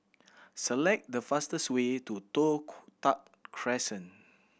select the fastest way to Toh Tuck Crescent